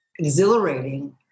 exhilarating